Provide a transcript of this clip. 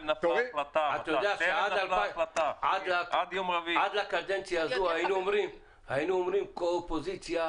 עד לקדנציה הזו היינו אומרים קואופזיציה,